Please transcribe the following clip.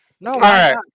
No